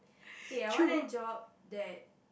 K I want a job that